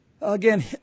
again